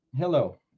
Hello